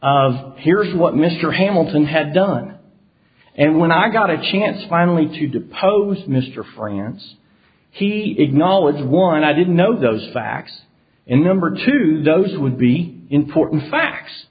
of here's what mr hamilton had done and when i got a chance finally to depose mr france he acknowledged one i didn't know those facts and number two those would be important facts